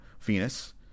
Venus